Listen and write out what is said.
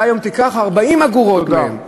אתה היום תיקח 40 אגורות מהם.